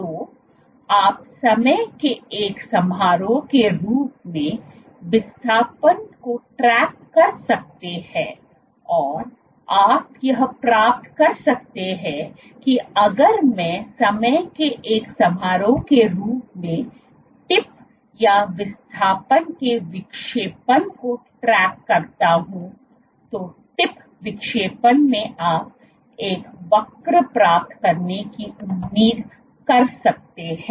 तो आप समय के एक समारोह के रूप में विस्थापन को ट्रैक कर सकते हैं और आप यह प्राप्त कर सकते हैं कि अगर मैं समय के एक समारोह के रूप में टिप या विस्थापन के विक्षेपण को ट्रैक करता हूं तो टिप विक्षेपण मे आप एक वक्र प्राप्त करने की उम्मीद कर सकते हैं